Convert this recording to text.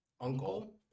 uncle